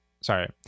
Sorry